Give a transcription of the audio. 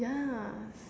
ya